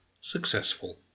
successful